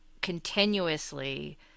continuously